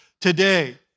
today